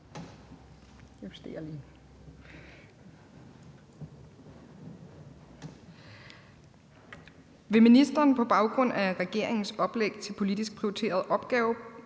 Vil ministeren på baggrunde af regeringens oplæg til politisk prioriteret